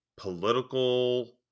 political